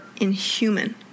inhuman